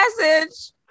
message